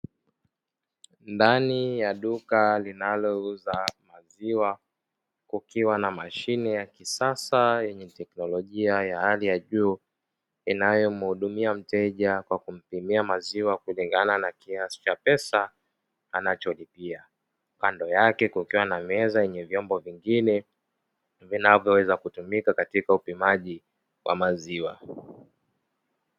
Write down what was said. Ndani ya duka linalouza maziwa, kukiwa na mashine ya kisasa yenye teknolojia ya hali ya juu, inayomuhudumia mteja kwa kumpimia maziwa kulingana na kiasi cha pesa anacho lipia kando yake kukiwa na meza yenye vyombo vingine, vinavyo weza kutumika katika upimaji wa maziwa.